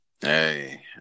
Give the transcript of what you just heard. Hey